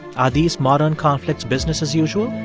are these modern conflicts business as usual?